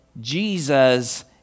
Jesus